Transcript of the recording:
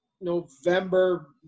November